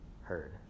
heard